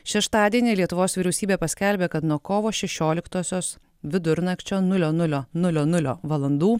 šeštadienį lietuvos vyriausybė paskelbė kad nuo kovo šešioliktosios vidurnakčio nulio nulio nulio nulio valandų